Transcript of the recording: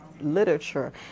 literature